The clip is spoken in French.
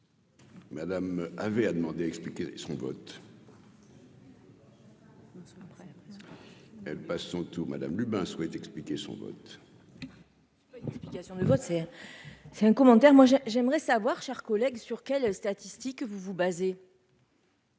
Madame avait a demandé expliquer son vote. Après, elle passe son tour Madame Lubin souhaite expliquer son vote.